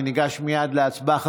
אני ניגש מייד להצבעה.